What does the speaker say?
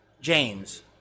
James